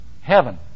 Heaven